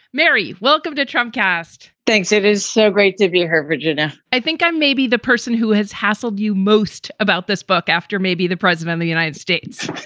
mary, welcome to trump cast. thanks. it is so great to be here. virginia, i think i'm maybe the person who has hassled you most about this book after maybe the president of the united states.